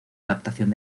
adaptación